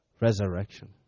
resurrection